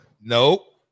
Nope